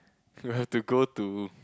we have to go to